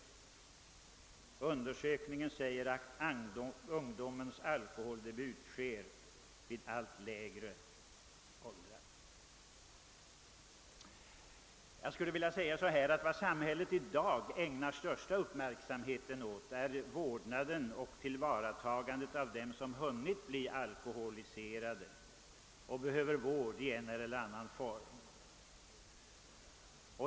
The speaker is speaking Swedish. En undersökning som statens ungdomsråd utfört visar att ungdomarnas alkoholdebut sker vid allt lägre åldrar. Herr talman! Vad samhället i dag ägnar den största uppmärksamheten åt är vårdnaden och tillvaratagandet av dem som hunnit bli alkoholiserade och behöver vård i en eller annan form.